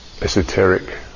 esoteric